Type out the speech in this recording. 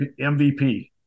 MVP